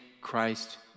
Christ